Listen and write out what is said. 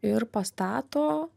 ir pastato